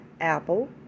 Apple